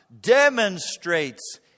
demonstrates